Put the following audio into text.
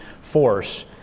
force